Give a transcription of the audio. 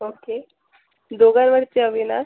okay दोघावर त्यावेळा